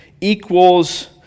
equals